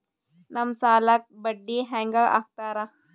ನಮ್ ಸಾಲಕ್ ಬಡ್ಡಿ ಹ್ಯಾಂಗ ಹಾಕ್ತಾರ?